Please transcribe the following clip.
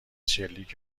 شلیک